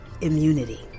immunity